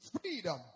freedom